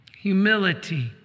humility